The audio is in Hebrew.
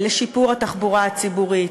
לשיפור התחבורה הציבורית,